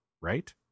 right